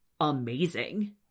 amazing